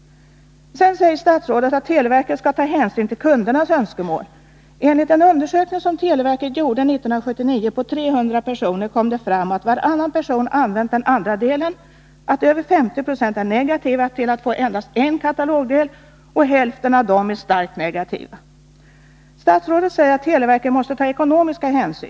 Sedan säger statsrådet att televerket skall ta hänsyn till kundernas önskemål. Enligt den undersökning som televerket gjorde 1979, när 300 personer blev tillfrågade, kom det fram att varannan person hade använt den andra delen av katalogen, att över 50 26 var negativt inställda till att få endast en katalogdel och att hälften av dessa var starkt negativa. Statsrådet säger att televerket också skall ta ekonomiska hänsyn.